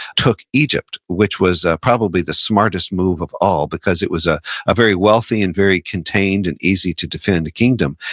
took egypt, which was probably the smartest move of all because it was a ah very wealthy and very contained and easy to defend kingdom.